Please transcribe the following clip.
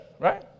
Right